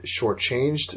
shortchanged